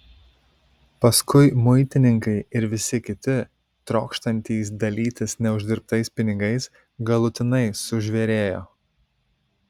paskui muitininkai ir visi kiti trokštantys dalytis neuždirbtais pinigais galutinai sužvėrėjo